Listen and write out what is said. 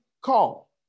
call